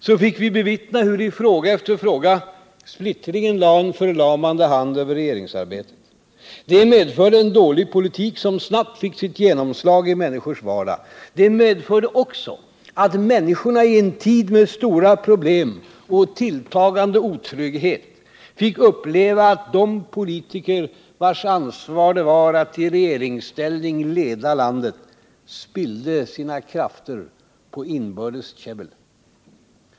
Så fick vi bevittna hur, i fråga efter fråga, splittringen lade en förlamande hand över regeringsarbetet. Det medförde en dålig politik som snabbt fick sitt genomslag i människors vardag. Det medförde också att människorna i en tid med stora problem och tilltagande otrygghet fick uppleva att de politiker vars ansvar det var att i regeringsställning leda landet, spillde sina krafter på inbördes käbbel.